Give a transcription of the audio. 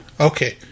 Okay